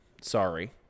Sorry